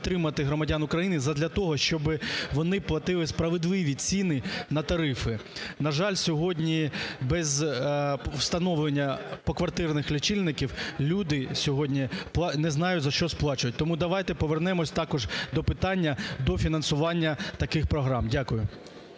підтримати громадян України задля того, щоб вони платили справедливі ціни на тарифи. На жаль, сьогодні без встановлення поквартирних лічильників люди сьогодні не знають, за що сплачують. Тому давайте повернемося також до питання до фінансування таких програм. Дякую.